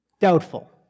doubtful